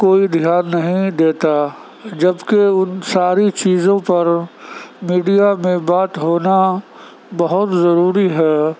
کوئی دھیان نہیں دیتا جبکہ ان ساری چیزوں پر میڈیا میں بات ہونا بہت ضروری ہے